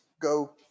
go